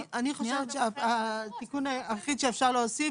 אני חושבת שהתיקון היחיד שאפשר להוסיף